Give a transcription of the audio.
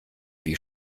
wie